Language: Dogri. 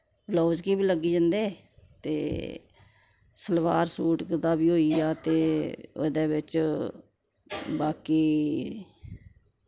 ब्लाउज गी बी लग्गी जन्दे ते सलवार सूट दा बी होई आ ते ओह्दे बिच बाकी